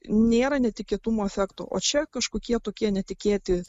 nėra netikėtumo efekto o čia kažkokie tokie netikėti